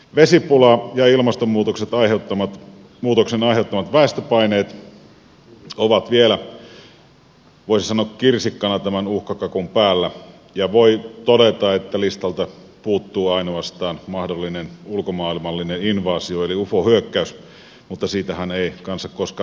vesipula ja ilmastonmuutoksen aiheuttamat väestöpaineet ovat vielä voisi sanoa kirsikkana tämän uhkakakun päällä ja voi todeta että listalta puuttuu ainoastaan mahdollinen ulkomaailmallinen invaasio eli ufohyökkäys mutta siitähän ei kanssa koskaan tiedä